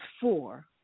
four